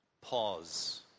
pause